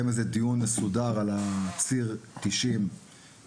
לקיים איזה דיון מסודר בנושא הציר של כביש 90 שם,